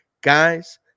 Guys